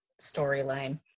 storyline